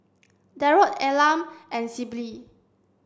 Darold Elam and Sibyl